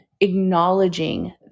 acknowledging